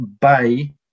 Bay